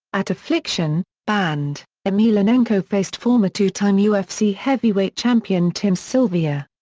at affliction banned, emelianenko faced former two-time ufc heavyweight champion tim sylvia.